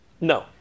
No